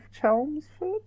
Chelmsford